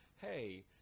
Hey